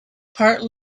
part